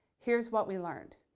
here's what we learned.